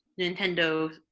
nintendo